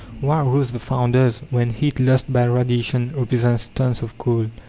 why roast the founders, when heat lost by radiation represents tons of coal?